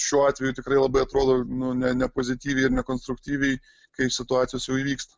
šiuo atveju tikrai labai atrodo nu ne nepozityviai ir nekonstruktyviai kai situacijos jau įvyksta